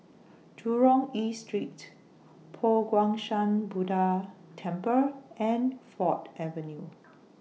Jurong East Street Po Guang Shan Buddha Temple and Ford Avenue